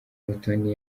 mutoni